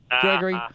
Gregory